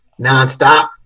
nonstop